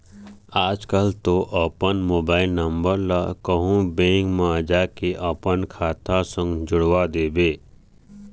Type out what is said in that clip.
आजकल तो अपन मोबाइल नंबर ला कहूँ बेंक म जाके अपन खाता संग जोड़वा देबे